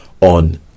on